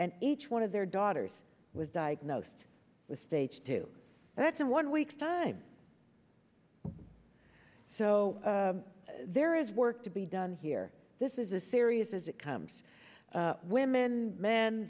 and each one of their daughters was diagnosed with stage two that's in one week's time so there is work to be done here this is a serious as it comes women men